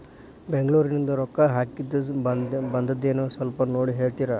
ಬೆಂಗ್ಳೂರಿಂದ ರೊಕ್ಕ ಹಾಕ್ಕಿದ್ದು ಬಂದದೇನೊ ಸ್ವಲ್ಪ ನೋಡಿ ಹೇಳ್ತೇರ?